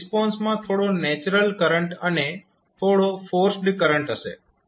હવે રિસ્પોન્સમાં થોડો નેચરલ કરંટ અને થોડો ફોર્સ્ડ કરંટ હશે